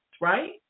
right